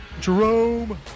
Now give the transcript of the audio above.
Jerome